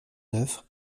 neuf